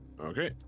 Okay